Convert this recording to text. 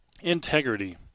Integrity